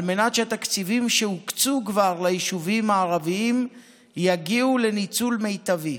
על מנת שהתקציבים שכבר הוקצו ליישובים הערביים יגיעו לניצול מיטבי.